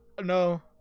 No